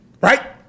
Right